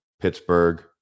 Pittsburgh